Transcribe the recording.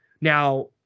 Now